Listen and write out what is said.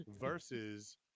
Versus